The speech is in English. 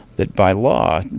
that by law,